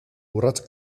urrats